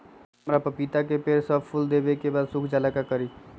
हमरा पतिता के पेड़ सब फुल देबे के बाद सुख जाले का करी?